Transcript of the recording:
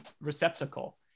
receptacle